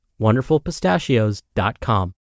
wonderfulpistachios.com